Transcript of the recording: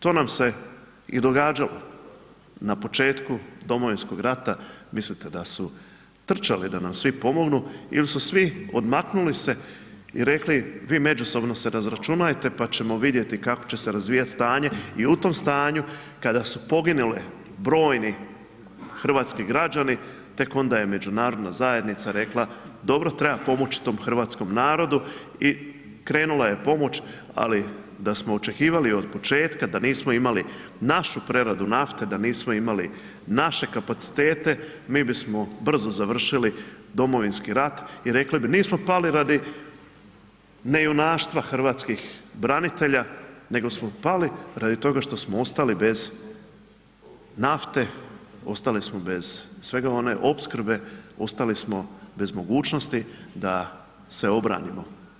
To nam se i događalo na početku Domovinskog rata, mislite da su trčali da nam svi pomognu il su svi odmaknuli se i rekli vi međusobno se razračunajte pa ćemo vidjeti kako će se razvijat stanje i u tom stanju kada su poginuli brojni hrvatski građani tek onda je međunarodna zajednica rekla, dobro treba pomoći tom hrvatskom narodu i krenula je pomoć, ali da smo očekivali od početka da nismo imali našu preradu nafte, da nismo imali naše kapacitete, mi bismo brzo završili Domovinski rat i rekli bi nismo pali radi ne junaštva Hrvatskih branitelja, nego smo pali radi toga što smo ostali bez nafte, ostali smo bez svega one opskrbe, ostali smo bez mogućnosti da se obranimo.